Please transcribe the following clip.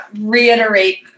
reiterate